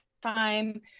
time